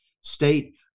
state